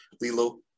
Lilo